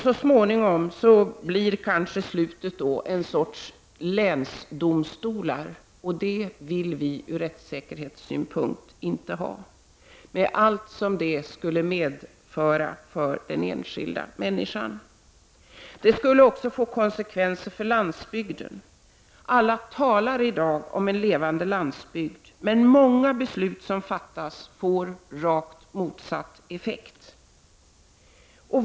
Så småningom kanske slutet blir ”länsdomstolar”, med allt det skulle innebära för den enskilda människan. Det skulle även få konsekvenser för landsbygden. Alla talar i dag om en levande landsbygd, men många beslut som fattas får rakt motsatt effekt.